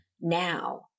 now